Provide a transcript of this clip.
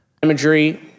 imagery